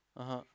(uh huh)